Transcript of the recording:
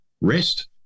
rest